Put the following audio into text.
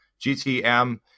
GTM